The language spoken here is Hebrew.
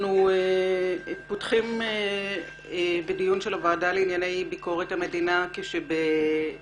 אנחנו פותחים בדיון של הוועדה לענייני ביקורת המדינה כשבמוקד